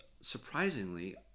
surprisingly